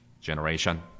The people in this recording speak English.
generation